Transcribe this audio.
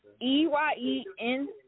E-Y-E-N